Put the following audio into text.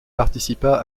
participa